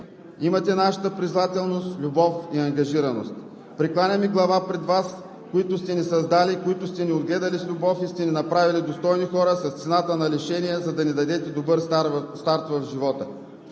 имате нашата признателност, любов и ангажираност. Прекланяме глава пред Вас, които сте ни създали, отгледали сте ни с любов и сте ни направили достойни хора с цената на лишения, за да ни дадете добър старт в живота